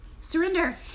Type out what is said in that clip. surrender